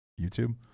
YouTube